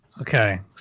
Okay